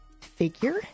figure